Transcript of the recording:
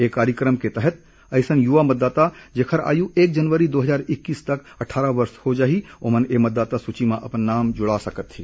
इस कार्यक्रम के तहत ऐसे युवा मतदाता जिनकी आयु एक जनवरी दो हजार इक्कीस तक अट्ठारह वर्ष की हो जाएगी वे इस मतदाता सूची में अपना नाम जुड़वा सकेंगे